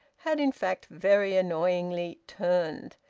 had in fact very annoyingly turned,